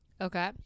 Okay